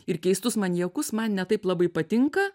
ir keistus maniakus man ne taip labai patinka